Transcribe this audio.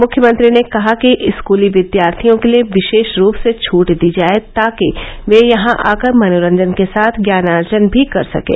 मुख्यमंत्री ने कहा कि स्कूली विद्यार्थियों के लिए विशेष रूप से छूट दी जाए ताकि वे यहां आकर मनोरंजन के साथ ज्ञानार्जन भी कर सकें